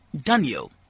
Daniel